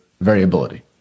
variability